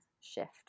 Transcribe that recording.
shift